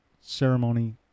ceremony